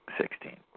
Sixteen